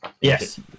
Yes